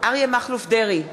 אריה מכלוף דרעי,